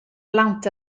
lawnt